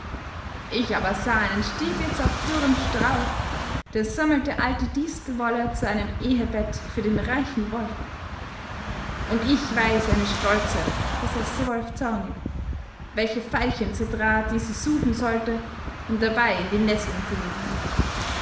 ich aber sah einen stieglitz auf dürrem strauch der sammelte alte distelwolle zu einem ehebett für den reichen wolf und ich weiß eine stolze versetzte wolf zornig welche veilchen zertrat die sie suchen sollte und dabei in die nesseln fiel